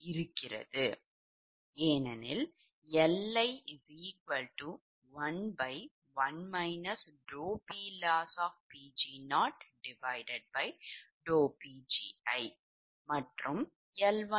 இருக்கிறது ஏனெனில் Li11 PLoss0Pgi மற்றும் 𝐿1 1